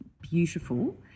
beautiful